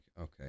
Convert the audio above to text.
okay